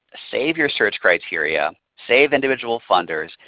save your search criteria, save individual funders,